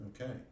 Okay